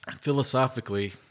Philosophically